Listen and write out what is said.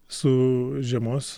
su žiemos